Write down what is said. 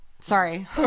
sorry